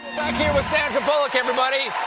here with sandra bullock, everybody!